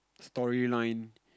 storyline